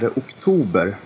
oktober